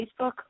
Facebook